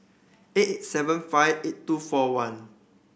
eight eight seven five eight two four one